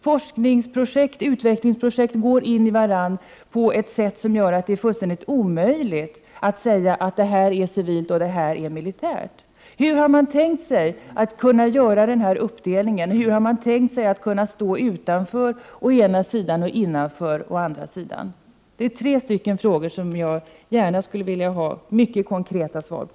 Forskningsprojekt och utvecklingsprojekt går in i varandra på ett sätt som gör att det är fullständigt omöjligt att säga att det ena är civilt och det andra är militärt. Hur har regeringen tänkt sig att kunna göra denna uppdelning? Hur har regeringen tänkt sig att kunna stå utanför å ena sidan och innanför å andra sidan? Det är tre frågor som jag gärna skulle vilja ha mycket konkreta svar på.